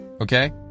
Okay